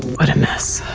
what a mess!